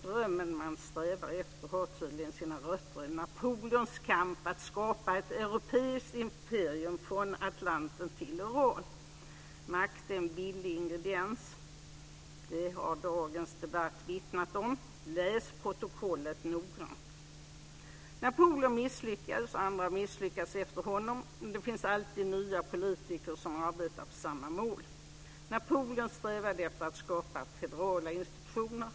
Drömmen man strävar efter har tydligen sina rötter i Napoleons kamp att skapa ett europeiskt imperium från Atlanten till Ural. Makt är en viktig ingrediens. Det har dagens debatt vittnat om. Läs protokollet noggrant! Napoleon misslyckades och andra har misslyckats efter honom. Men det finns alltid nya politiker som arbetar för samma mål. Napoleon strävade efter att skapa federala institutioner.